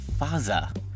Faza